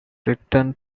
returned